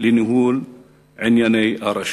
לניהול ענייני הרשות.